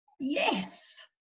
yes